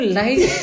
life